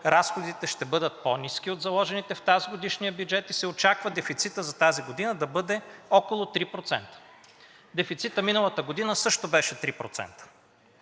разходите ще бъдат по-ниски от заложените в тазгодишния бюджет и се очаква дефицитът за тази година да бъде около 3%. Дефицитът миналата година също беше 3%,